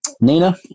Nina